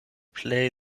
plej